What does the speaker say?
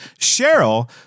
Cheryl